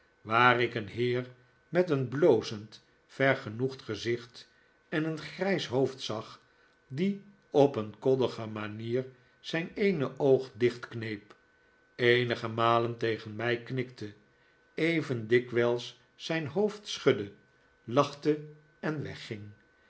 waar ik een heer met een blozend vergenoegd gezicht en een grijs hoofd zag die op een koddige manier zijn eene oog dichtkneep eenige malen tegen mij knikte even dikwijls zijn hoofd schudde lachte en wegging